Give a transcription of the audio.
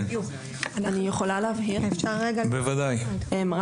אם אפשר להבהיר, לשאלת היועצת המשפטית לוועדה.